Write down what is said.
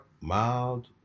mild